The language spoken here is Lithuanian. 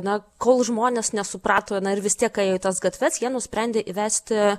na kol žmonės nesuprato na ir vis tiek ėjo į tas gatves jie nusprendė įvesti